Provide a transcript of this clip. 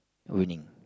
winning